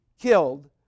killed